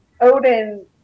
Odin